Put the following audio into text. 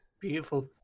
Beautiful